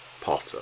Potter